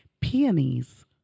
peonies